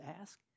ask